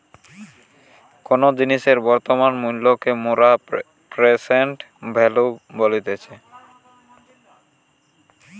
কোনো জিনিসের বর্তমান মূল্যকে মোরা প্রেসেন্ট ভ্যালু বলতেছি